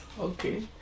Okay